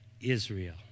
Israel